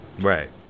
Right